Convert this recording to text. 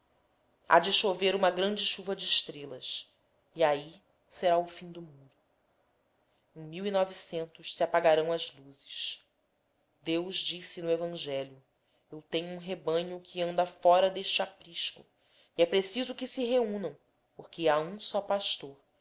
céu hade chover uma grande chuva de estrellas e ahi será o fim do mundo m se apagarão as luzes deus disse no evangelho eu tenho um rebanho que anda fóra deste aprisco e é preciso que se reunam porque há um só pastor